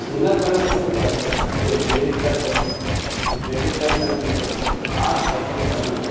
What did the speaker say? જેના કારણે શું થશે તે ક્રેડિટ કાર્ડ લેશે પછી ક્રેડિટ કાર્ડના બિલ કરશે એટલે આ સાઇકલ ચાલુ રહેશે